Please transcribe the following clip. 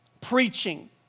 preaching